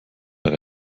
mehr